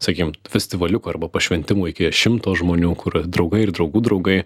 sakykim festivaliukų arba pašventimų iki šimto žmonių kur draugai ir draugų draugai